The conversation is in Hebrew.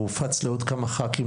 הוא הופץ לעוד כמה חברי כנסת,